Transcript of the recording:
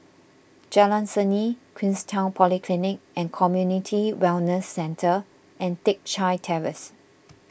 Jalan Seni Queenstown Polyclinic and Community Wellness Centre and Teck Chye Terrace